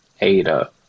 Ada